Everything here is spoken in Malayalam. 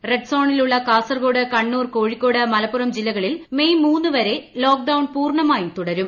റെഡ് സോണിലുള്ള കാസർകോട് കണ്ണൂർ കോഴിക്കോട് മലപ്പുറം ജില്ലകളിൽ മെയ് മൂന്ന് വരെ ലോക്ക്ഡൌൺ പൂർണ്ണമായും തുടരും